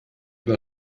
war